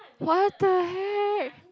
what the heck